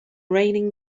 raining